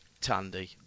Tandy